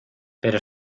pero